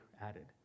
added